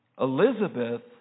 Elizabeth